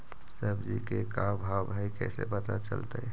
सब्जी के का भाव है कैसे पता चलतै?